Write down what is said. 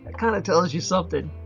kind of tells you something.